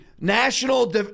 national